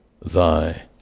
Thy